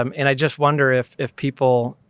um and i just wonder if if people,